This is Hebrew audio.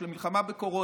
של המלחמה בקורונה,